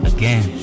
Again